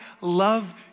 love